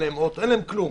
אין להם אוטו אין להם כלום,